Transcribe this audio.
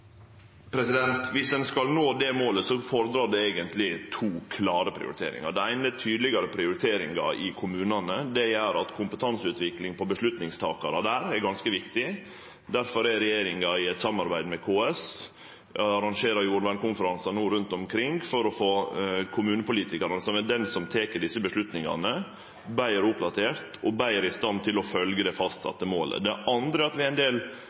Viss ein skal nå det målet, fordrar det eigentleg to klare prioriteringar. Det eine er tydelegare prioriteringar i kommunane, og det gjer at kompetanseutvikling for dei som tek avgjerdene der, er ganske viktig. Difor arrangerer regjeringa i eit samarbeid med KS jordvernkonferansar rundt omkring for å få kommunepolitikarar – som er dei som tek desse avgjerdene – betre oppdaterte og betre i stand til å følgje det fastsette målet. Det andre er at det er ein del